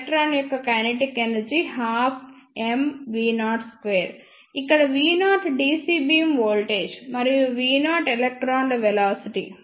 electron యొక్క kinetic energy 12mV02 ఇక్కడ V0 dc beam voltage మరియు v0 ఎలక్ట్రాన్ల వెలాసిటీ